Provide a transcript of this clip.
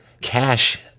cash